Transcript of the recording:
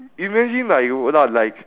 imagine like you were not like